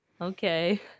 Okay